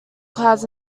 clouds